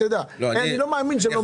תדע, אני לא מאמין שהם לא מוכנים.